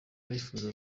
arifuriza